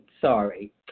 Sorry